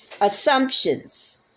assumptions